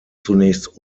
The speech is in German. zunächst